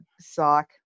sock